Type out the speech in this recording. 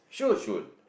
shoot